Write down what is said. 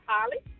Holly